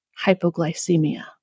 hypoglycemia